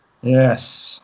Yes